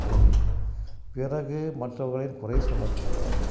முதலில் பிறகு மற்றவர்களைக் குறைச் சொல்லக்கூடாது